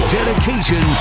Dedication